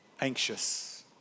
anxious